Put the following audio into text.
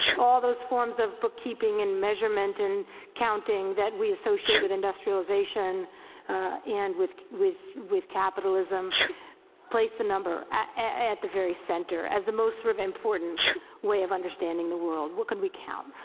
all those forms of bookkeeping and measurement and counting that we associate with industrialization and with with with capitalism place the number at the very center as the most sort of important way of understanding the world. what can we count?